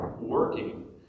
working